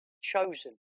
chosen